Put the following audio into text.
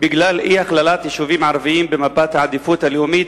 בגלל אי-הכללת יישובים ערביים במפת העדיפות הלאומית,